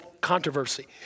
controversy